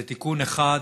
זה תיקון אחד.